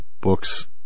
books